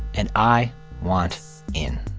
and i want in